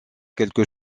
quelque